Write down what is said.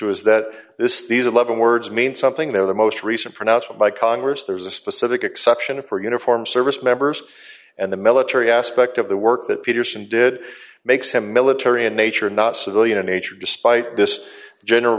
was that this these eleven words mean something they're the most recent pronouncement by congress there's a specific exception for uniform service members and the military aspect of the work that peterson did makes him military in nature not civilian in nature despite this general